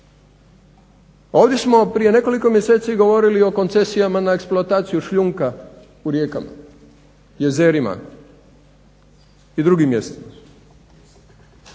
Ovdje smo prije nekoliko mjeseci govorili o koncesijama na eksploataciju šljunka u rijekama, jezerima i drugim mjestima,